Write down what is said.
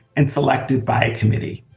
and selected by a committee.